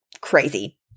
crazy